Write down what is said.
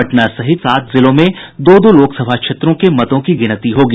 पटना सहित सात जिलों में दो दो लोकसभा क्षेत्रों के मतों की गिनती होगी